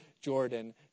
Jordan